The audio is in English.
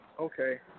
Okay